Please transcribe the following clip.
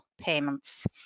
Payments